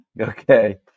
Okay